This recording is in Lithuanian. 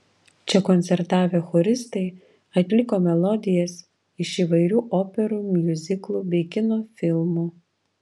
čia koncertavę choristai atliko melodijas iš įvairių operų miuziklų bei kino filmų